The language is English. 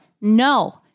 no